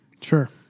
Sure